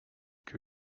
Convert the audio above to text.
que